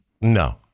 No